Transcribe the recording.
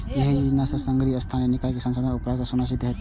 एहि योजना सं शहरी स्थानीय निकाय कें संसाधनक उपलब्धता सुनिश्चित हेतै